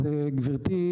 גבירתי,